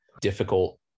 difficult